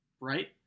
Right